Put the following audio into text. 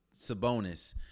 Sabonis